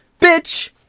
Bitch